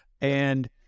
And-